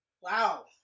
Wow